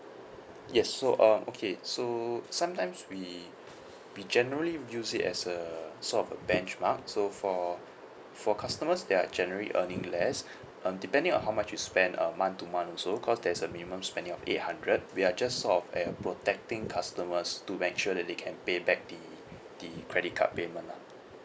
yes so um okay so sometimes we we generally use it as a sort of a benchmark so for for customers that are generally earning less um depending on how much you spend uh month to month also cause there is a minimum spending of eight hundred we are just sort of uh protecting customers to ensure that they can pay back the the credit card payment lah